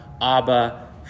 Abba